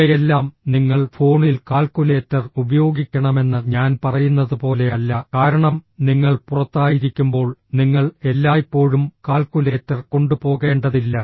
ഇവയെല്ലാം നിങ്ങൾ ഫോണിൽ കാൽക്കുലേറ്റർ ഉപയോഗിക്കണമെന്ന് ഞാൻ പറയുന്നതുപോലെയല്ല കാരണം നിങ്ങൾ പുറത്തായിരിക്കുമ്പോൾ നിങ്ങൾ എല്ലായ്പ്പോഴും കാൽക്കുലേറ്റർ കൊണ്ടുപോകേണ്ടതില്ല